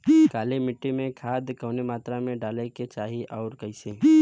काली मिट्टी में खाद कवने मात्रा में डाले के चाही अउर कइसे?